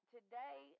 Today